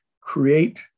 create